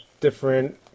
different